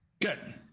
Good